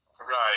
Right